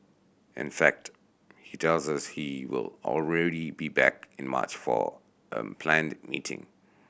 in fact he tells us he will already be back in March for a planned meeting